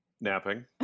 Napping